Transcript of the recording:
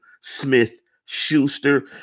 Smith-Schuster